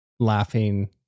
laughing